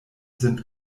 sind